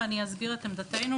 ואני אסביר את עמדתנו